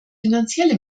finanzielle